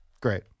Great